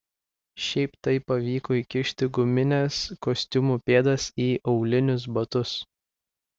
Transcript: šiaip taip pavyko įkišti gumines kostiumų pėdas į aulinius batus